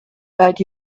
that